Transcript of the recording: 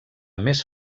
més